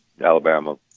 Alabama